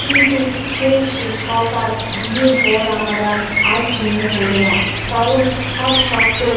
কিন্তু সে শখ আর বিয়ের পর আমার আর আর পূর্ণ হলো না কারণ সব শখ তো